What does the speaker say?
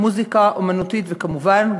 מוזיקה אמנותית וכמובן,